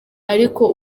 ariko